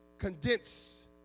condense